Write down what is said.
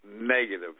negative